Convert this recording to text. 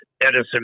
Edison